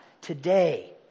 today